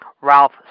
Ralph